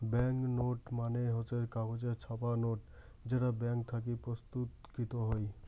bank note মানে হসে কাগজে ছাপা নোট যেটা ব্যাঙ্ক থাকি প্রস্তুতকৃত হই